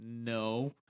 no